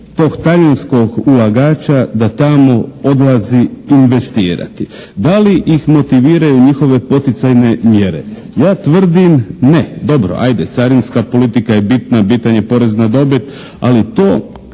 tog talijanskog ulagača da tamo odlazi investirati. Da li ih motiviraju njihove poticajne mjere? Ja tvrdim ne. Dobro, ajde carinska politika je bitan, bitan je porez na dobit, ali to